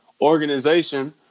organization